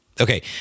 Okay